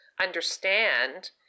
understand